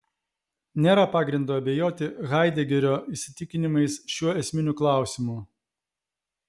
nėra pagrindo abejoti haidegerio įsitikinimais šiuo esminiu klausimu